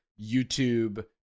YouTube